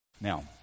Now